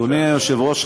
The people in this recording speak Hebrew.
אדוני היושב-ראש,